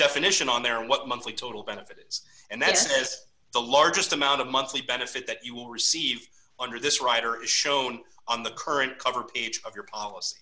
definition on there what monthly total benefits and that says the largest amount of monthly benefit that you will receive under this writer is shown on the current cover page of your policy